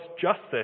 justice